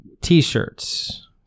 t-shirts